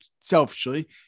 selfishly